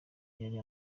yari